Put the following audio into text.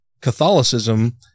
Catholicism